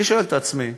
אני שואל את עצמי: